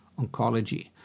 oncology